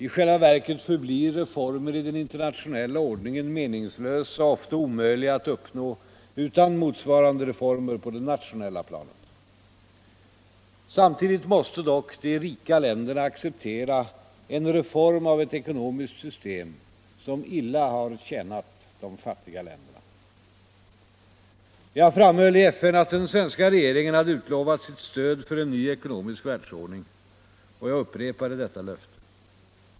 I själva verket förblir reformer i den internationella ordningen meningslösa och ofta omöjliga att uppnå utan motsvarande reformer på det nationella planet. Samtidigt måste dock de rika länderna acceptera en reform av ett ekonomiskt system som illa har tjänat de fattiga länderna. Jag framhöll i FN att den svenska regeringen hade utlovat sitt stöd för en ny ekonomisk världsordning och jag upprepade detta löfte.